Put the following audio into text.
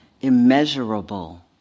immeasurable